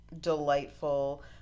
delightful